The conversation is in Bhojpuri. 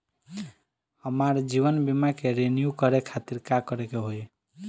हमार जीवन बीमा के रिन्यू करे खातिर का करे के होई?